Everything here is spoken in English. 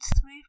three